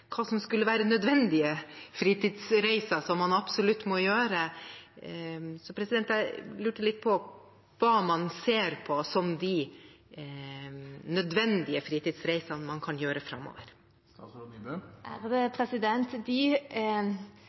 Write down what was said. hva som skulle være nødvendige fritidsreiser, som man absolutt må gjøre, så jeg lurte litt på hva man ser på som de nødvendige fritidsreisene man kan gjøre